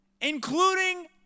including